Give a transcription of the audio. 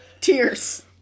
Tears